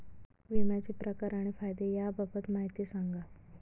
विम्याचे प्रकार आणि फायदे याबाबत माहिती सांगा